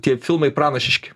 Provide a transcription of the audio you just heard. tie filmai pranašiški